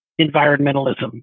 environmentalism